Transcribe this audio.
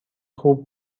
خوب